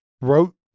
wrote